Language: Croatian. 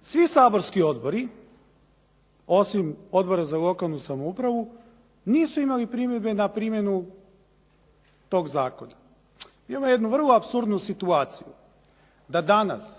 Svi saborski odbori, osim Odbora za lokalnu samoupravu, nisu imali primjedbe na primjenu tog zakona. Imamo jednu vrlo apsurdnu situaciju da danas